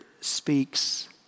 speaks